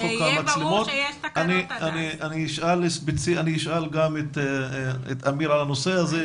שיהיה ברור שיש תקנות --- אני אשאל גם את אמיר על הנושא הזה.